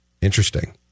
Interesting